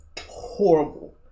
Horrible